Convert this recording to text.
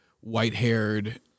white-haired